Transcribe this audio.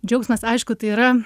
džiaugsmas aišku tai yra